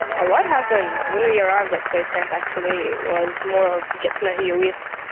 a lot happened! when we arrived at space camp actually it was more of you get to know who you're with,